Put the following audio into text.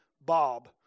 Bob